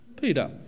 Peter